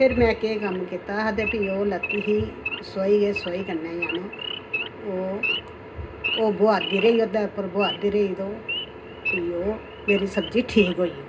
फिर में केह् कम्म कीता ते भी ओह् लैती ही सोआही कन्नै गै ओह् ओह् बोआरदी रेही ओह्दे उप्पर बोआरदी रेही ते ओह् मेरी सब्ज़ी ठीक होई